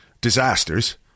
disasters